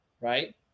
right